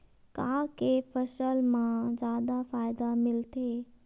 का के फसल मा जादा फ़ायदा मिलथे?